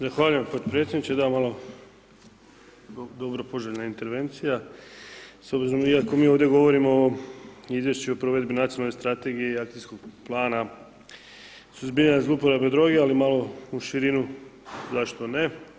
Zahvaljujem podpredsjedniče da malo, dobro poželjna intervencija s obzirom iako mi ovdje govorimo o Izvješću o provedbi Nacionalne strategije i akcijskog plana suzbijanja zlouporabe droga ali malo u širinu, zašto ne.